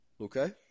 Okay